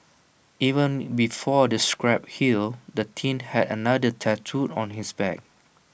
even before the scabs healed the teen had another tattooed on his back